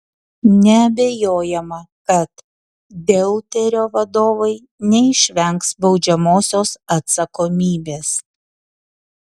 neabejojama kad deuterio vadovai neišvengs baudžiamosios atsakomybės